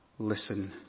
Listen